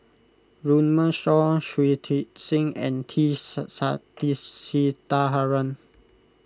Runme Shaw Shui Tit Sing and T Sasitharan